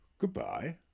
Goodbye